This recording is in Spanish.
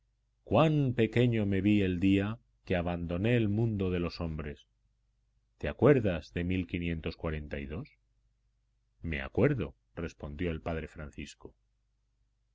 cuán pequeño me vi el día que abandoné el mundo de los hombres te acuerdas de me acuerdo respondió el padre francisco